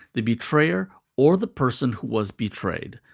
the betrayer or the person who was betrayed.